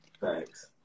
Thanks